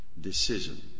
decision